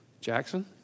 Jackson